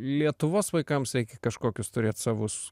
lietuvos vaikams reikia kažkokius turėt savus